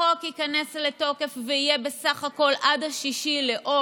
החוק ייכנס לתוקף ויהיה בסך הכול עד 6 באוגוסט.